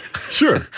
sure